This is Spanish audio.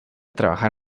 trabajar